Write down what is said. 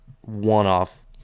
one-off